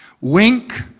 Wink